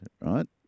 right